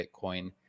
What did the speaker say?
bitcoin